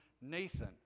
Nathan